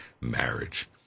marriage